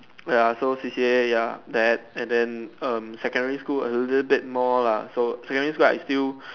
ya so C_C_A ya that and then um secondary school is a little bit more lah so secondary school I still